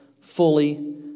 fully